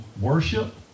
worship